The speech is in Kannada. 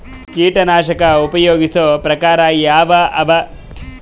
ಕೀಟನಾಶಕ ಉಪಯೋಗಿಸೊ ಪ್ರಕಾರ ಯಾವ ಅವ?